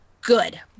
good